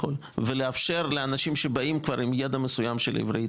ולאפשר לאנשים שבאים כבר עם ידע מסוים של עברית